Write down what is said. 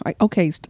Okay